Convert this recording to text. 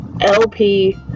lp